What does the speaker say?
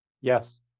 Yes